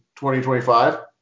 2025